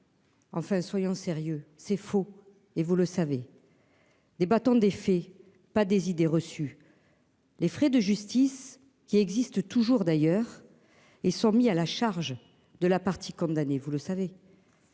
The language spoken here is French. Enfin soyons sérieux. C'est faux et vous le savez. Les bâtons, des faits pas des idées reçues. Les frais de justice qui existe toujours d'ailleurs et sont mis à la charge de la partie condamné, vous le savez.